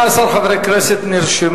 נכון לרגע זה, 18 חברי כנסת נרשמו.